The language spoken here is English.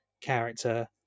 character